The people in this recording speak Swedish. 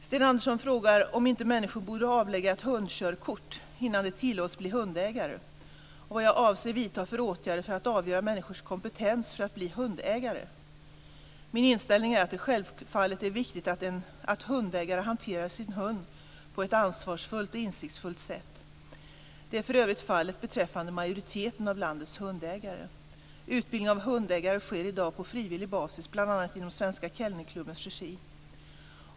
Sten Andersson frågar om inte människor borde avlägga ett hundkörkort innan de tillåts bli hundägare och vilka åtgärder jag avser att vidta för att avgöra människors kompetens för att bli hundägare. Min inställning är att det självfallet är viktigt att hundägare hanterar sin hund på ett ansvarsfullt och insiktsfullt sätt. Det är för övrigt fallet beträffande majoriteten av landets hundägare. Utbildning av hundägare sker i dag på frivillig basis bl.a. i Svenska Kennelklubbens regi.